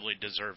deserves